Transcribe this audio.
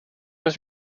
his